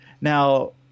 now